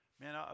Man